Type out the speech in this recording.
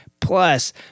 Plus